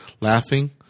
laughing